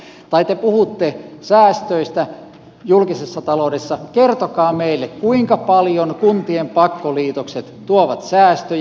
tai te puhutte säästöistä julkisessa taloudessa kertokaa meille kuinka paljon kuntien pakkoliitokset tuovat säästöjä